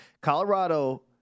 Colorado